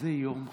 זה יום חשוב,